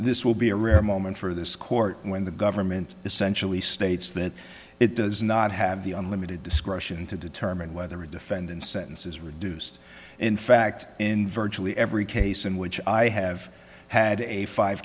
this will be a rare moment for this court when the government essentially states that it does not have the unlimited discretion to determine whether a defendant sentences reduced in fact in virtually every case in which i have had a five